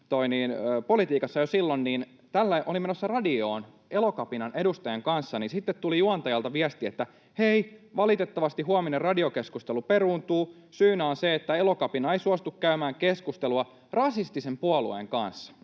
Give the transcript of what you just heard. politiikassa jo silloin olin menossa radioon Elokapinan edustajan kanssa, niin sitten tuli juontajalta viesti, että hei, valitettavasti huominen radiokeskustelu peruuntuu, ja syynä on se, että Elokapina ei suostu käymään keskustelua rasistisen puolueen kanssa.